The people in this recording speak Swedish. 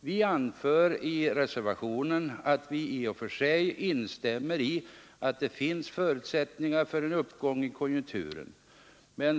Vi anför i reservationen att vi i och för sig instämmer i att det finns förutsättningar för en uppgång i konjunkturen.